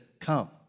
come